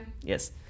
yes